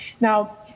Now